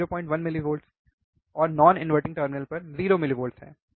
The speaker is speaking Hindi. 01 millivolts और नॉन इनवर्टरिंग टर्मिनल 0 millivolts ठीक